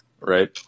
Right